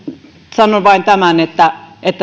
sanon vain tämän että